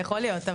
יכול להיות,